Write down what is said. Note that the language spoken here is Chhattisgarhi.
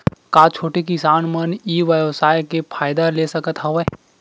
का छोटे किसान मन ई व्यवसाय के फ़ायदा ले सकत हवय?